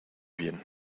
bien